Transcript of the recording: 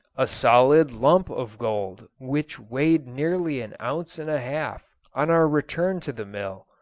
a solid lump of gold which weighed nearly an ounce and a half. on our return to the mill,